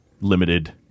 limited